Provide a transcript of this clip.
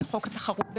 לחוק תחרות במזון.